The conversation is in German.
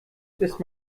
ist